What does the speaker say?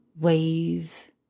wave